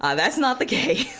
ah that's not the case.